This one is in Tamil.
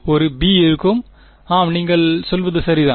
ஒரு b இருக்கும் ஆம் நீங்கள் சொல்வது சரிதான்